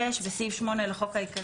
תיקון סעיף 8 6. בסעיף 8 לחוק העיקרי,